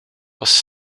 was